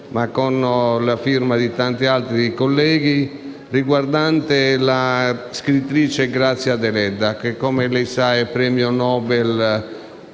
ma con la firma di tanti altri colleghi, riguardante la scrittrice Grazia Deledda che, come lei sa, è premio Nobel